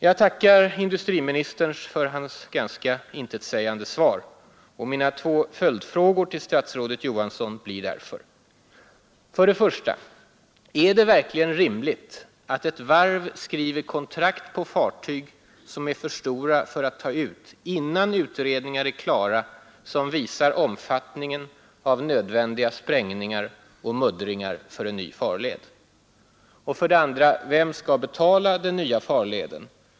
Jag tackar industriministern för hans ganska intetsägande svar. Mina två följdfrågor till statsrådet Johansson blir: 1. Är det verkligen rimligt att ett varv skriver kontrakt på fartyg som är för stora att ta ut, innan utredningar är klara som visar omfattningen av nödvändiga sprängningar och muddringar för en ny farled? 2. Vem skall betala den nya farleden?